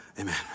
Amen